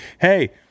Hey